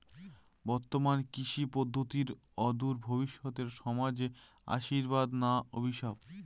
বর্তমান কৃষি পদ্ধতি অদূর ভবিষ্যতে সমাজে আশীর্বাদ না অভিশাপ?